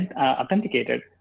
authenticated